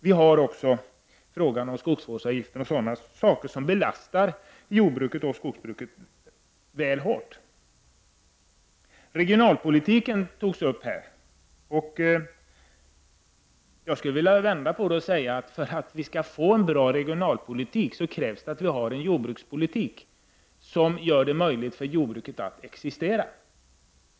Vi har också frågor om skogsvårdsavgiften och liknande som belastar jordbruket och skogsbruket väl hårt. Regionalpolitiken togs upp här. Jag skulle vända på det och säga: För att vi skall få en bra regionalpolitik krävs att vi har en jordbrukspolitik som gör det möjligt för jordbruket att existera.